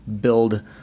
build